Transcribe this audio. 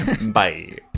Bye